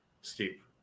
Steve